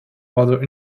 other